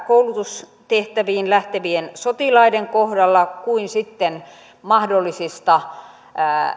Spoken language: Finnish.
koulutustehtäviin lähtevien sotilaiden kohdalla kuin sitten myös mahdollisista